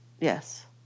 Yes